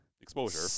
exposure